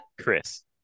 Chris